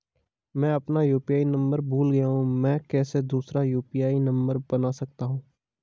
मैं अपना UPI number भूल गया हूँ मैं कैसे दूसरा यु.पी.आई नम्बर बना सकता हूँ?